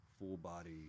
full-body